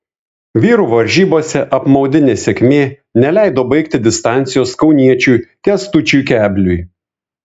vyrų varžybose apmaudi nesėkmė neleido baigti distancijos kauniečiui kęstučiui kebliui